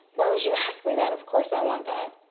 why would you ask me that? of course i want that.